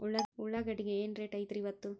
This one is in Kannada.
ಉಳ್ಳಾಗಡ್ಡಿ ಏನ್ ರೇಟ್ ಐತ್ರೇ ಇಪ್ಪತ್ತು?